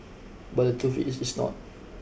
but the truth is it's not